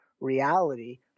reality